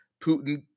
Putin